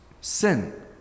Sin